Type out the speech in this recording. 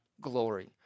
glory